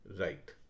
Right